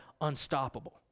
unstoppable